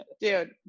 Dude